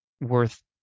worth